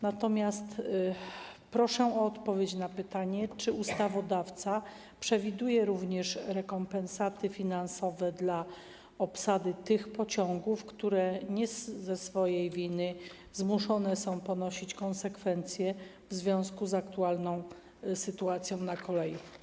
Natomiast proszę o odpowiedź na pytanie: Czy ustawodawca przewiduje również rekompensaty finansowe dla obsady tych pociągów, które nie ze swojej winy zmuszone są ponosić konsekwencje w związku z aktualną sytuacją na kolei?